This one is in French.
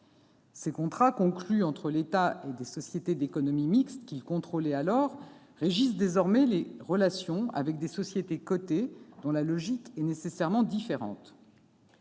Ces contrats conclus entre l'État et des sociétés d'économie mixte qu'il contrôlait alors régissent désormais ses relations avec des sociétés cotées, dont la logique est nécessairement différente.